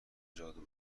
جادو